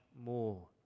more